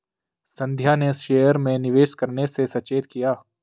संध्या ने शेयर में निवेश करने से सचेत किया